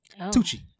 Tucci